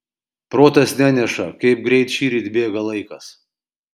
protas neneša kaip greit šįryt bėga laikas